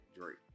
Drake